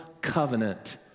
covenant